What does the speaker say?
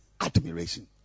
admiration